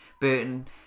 Burton